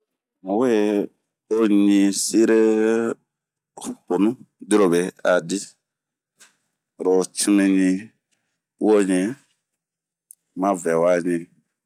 un we o ɲii siri honu dirobe ,adi oro cimiɲi, uoɲi ,ma ŋɛwa ɲi